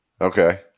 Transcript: Okay